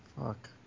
Fuck